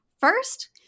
First